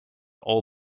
all